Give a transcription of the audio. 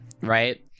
right